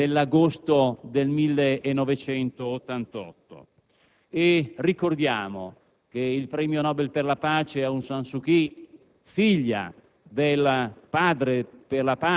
Abbiamo ascoltato che i militari hanno aperto il fuoco contro i monaci e contro i dimostranti,